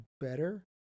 better